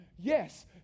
Yes